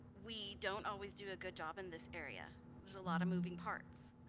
we don't always do a good job in this area there's a lot of moving parts